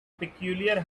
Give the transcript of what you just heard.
peculiar